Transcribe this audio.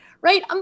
right